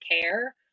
care